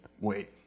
wait